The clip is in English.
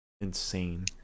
Insane